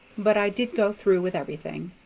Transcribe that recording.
but i did go through with everything.